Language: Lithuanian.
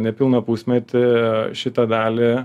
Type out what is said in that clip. nepilną pusmetį šitą dalį